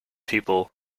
people